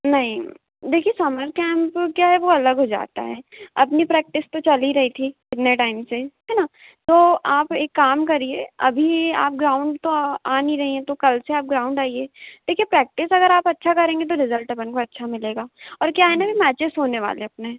नहीं देखिए summer camp क्या है वह अलग हो जाता है अपनी प्रैक्टिस तो चली रही थी कितने टाइम से है न तो आप एक काम करिए अभी आप ग्राउन्ड तो आ नहीं रही हैं तो कल से आप ग्राउन्ड आइए देखिए प्रैक्टिस अगर आप अच्छा करेंगी तो रिज़ल्ट अपन को अच्छा मिलेगा और क्या है न कि मैचेस होने वाले अपने